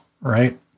Right